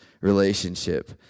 relationship